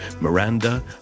Miranda